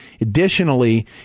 Additionally